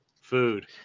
food